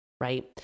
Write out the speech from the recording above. right